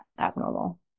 abnormal